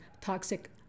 toxic